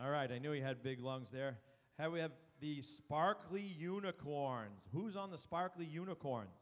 all right i knew we had big lungs there have we have the sparkly unicorns who's on the sparkly unicorn